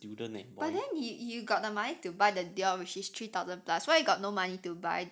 but then you you got the money to buy the dior which is three thousand plus why you got no money to buy